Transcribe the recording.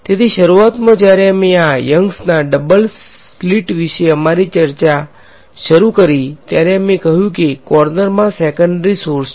તેથી શરૂઆતમાં જ્યારે અમે આ યન્ગસના ડબલ સ્લિટ વિશે અમારી ચર્ચા શરૂ કરી ત્યારે અમે કહ્યું કે કોર્નરમાં સેકેંડરી સોર્સ છે